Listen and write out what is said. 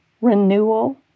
renewal